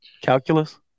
Calculus